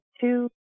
two